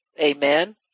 Amen